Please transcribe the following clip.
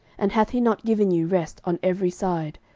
and hath he not given you rest on every side?